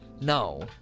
No